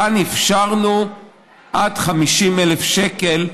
כאן אפשרנו לשלם במזומן עד 50,000 שקל.